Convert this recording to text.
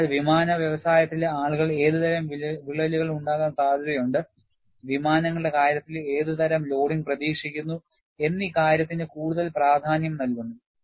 അതിനാൽ വിമാന വ്യവസായത്തിലെ ആളുകൾ ഏതുതരം വിള്ളലുകൾ ഉണ്ടാകാൻ സാധ്യതയുണ്ട് വിമാനങ്ങളുടെ കാര്യത്തിൽ ഏതുതരം ലോഡിംഗ് പ്രതീക്ഷിക്കുന്നു എന്നീ കാര്യത്തിന് കൂടുതൽ പ്രാധാന്യം നൽകുന്നു